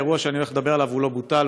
האירוע שאני הולך לדבר עליו לא בוטל,